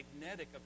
magnetic